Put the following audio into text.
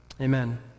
Amen